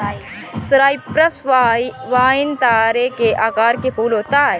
Cyprus vine तारे के आकार के फूल होता है